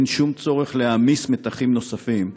אין שום צורך להעמיס מתחים נוספים,